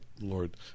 Lord